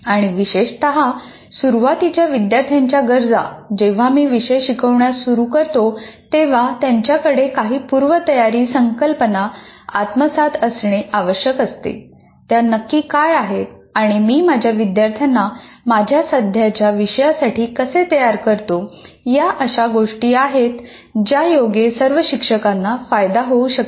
आणि विशेषत सुरुवातीच्या विद्यार्थ्यांच्या गरजाः जेव्हा मी विषय शिकवण्यास सुरू करतो तेव्हा त्यांच्याकडे काही पूर्वतयारी संकल्पना आत्मसात असणे आवश्यक असते त्या नक्की काय आहेत आणि मी माझ्या विद्यार्थ्यांना माझ्या सध्याच्या विषयासाठी कसे तयार करतो या अशा गोष्टी आहेत ज्यायोगे सर्व शिक्षकांना फायदा होऊ शकेल